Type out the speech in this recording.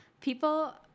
people